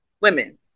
women